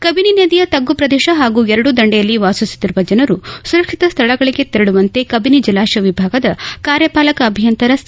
ಕಬಿನಿ ನದಿಯ ತಗ್ಗು ಪ್ರದೇಶ ಹಾಗೂ ಎರಡೂ ದಂಡೆಯಲ್ಲಿ ವಾಸಿಸುತ್ತಿರುವ ಜನರು ಸುರಕ್ಷಿತ ಸ್ನಳಗಳಿಗೆ ತೆರಳುವಂತೆ ಕಬಿನಿ ಜಲಾಶಯ ವಿಭಾಗದ ಕಾರ್ಯಪಾಲಕ ಅಭಿಯಂತರ ಸಿ